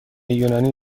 یونانی